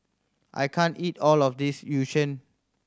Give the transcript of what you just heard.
I can't eat all of this Yu Sheng